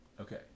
okay